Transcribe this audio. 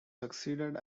succeeded